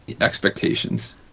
expectations